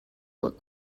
look